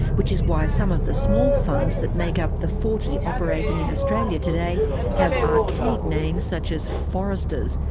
which is why some of the small funds that make up the forty operating in australia today have archaic names such as foresters,